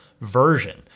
version